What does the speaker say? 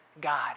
God